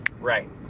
Right